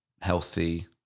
healthy